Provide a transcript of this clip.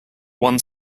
one